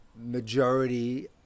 majority